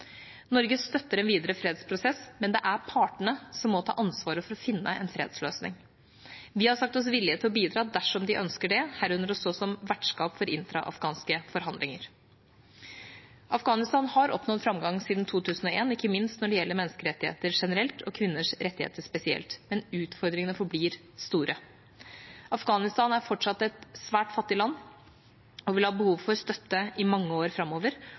Norge støtter en videre fredsprosess, men det er partene som må ta ansvaret for å finne en fredsløsning. Vi har sagt oss villige til å bidra dersom de ønsker det, herunder å stå som vertskap for intra-afghanske forhandlinger. Afghanistan har oppnådd framgang siden 2001, ikke minst når det gjelder menneskerettigheter generelt og kvinners rettigheter spesielt, men utfordringene forblir store. Afghanistan er fremdeles et svært fattig land og vil ha behov for støtte i mange år framover,